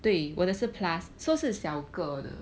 对我的是 plus so 是 girl 的